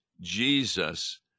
jesus